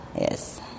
Yes